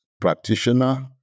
practitioner